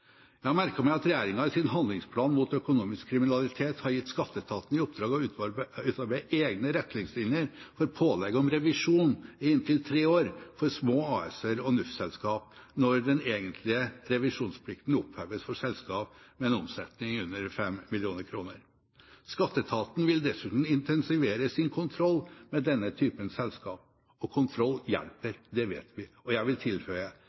Jeg har merket meg at regjeringen i sin handlingsplan mot økonomisk kriminalitet har gitt Skatteetaten i oppdrag å utarbeide egne retningslinjer for pålegg om revisjon i inntil tre år for små AS-er og NUF-selskap når den egentlige revisjonsplikten oppheves for selskap med en omsetning under 5 mill. kr. Skatteetaten vil dessuten intensivere sin kontroll med denne typen selskap, og kontroll hjelper, det vet vi. Jeg vil tilføye: